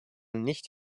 nicht